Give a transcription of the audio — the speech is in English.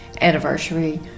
anniversary